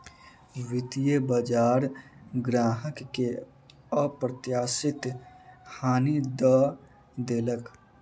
वित्तीय बजार ग्राहक के अप्रत्याशित हानि दअ देलक